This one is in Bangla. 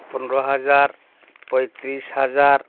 পনেরো হাজার পঁয়ত্রিশ হাজার